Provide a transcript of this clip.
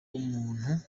w’umuntu